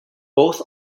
both